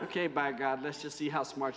ok by god let's just see how smart